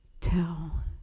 tell